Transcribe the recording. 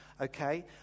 okay